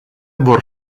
vor